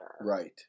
Right